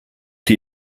die